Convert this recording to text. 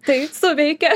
tai suveikė